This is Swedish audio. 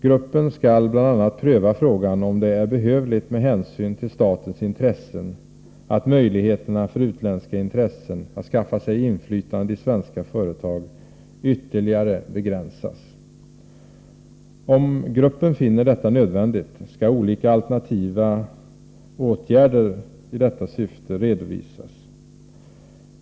Gruppen skall bl.a. pröva frågan om det är behövligt, med hänsyn till statens intressen, att möjligheterna för utländska intressen att skaffa sig inflytande i svenska företag ytterligare begränsas. Om gruppen finner detta nödvändigt skall olika alternativa åtgärder i detta syfte redovisas.